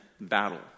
battle